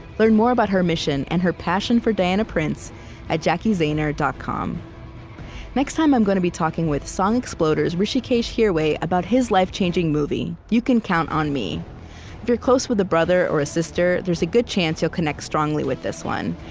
learn more about her mission and her passion for diana prince at jackizehner dot com next time i'm going to be talking with song exploder's hrishikesh hirway about his life-changing movie, you can count on me. if you're close with a brother or sister there's a good chance you'll connect strongly with this one.